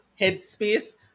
headspace